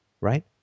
right